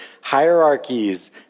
hierarchies